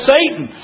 Satan